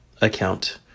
account